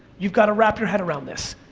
you've gotta wrap your head around this.